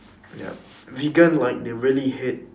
yup vegan like they really hate